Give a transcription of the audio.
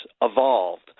evolved